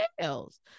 sales